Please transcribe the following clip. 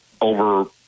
over